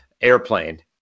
Airplane